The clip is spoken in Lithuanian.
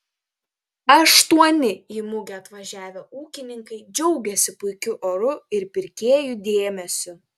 aštuoni į mugę atvažiavę ūkininkai džiaugėsi puikiu oru ir pirkėjų dėmesiu